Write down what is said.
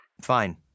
Fine